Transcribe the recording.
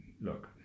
Look